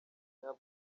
ntabwo